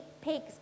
pigs